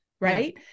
right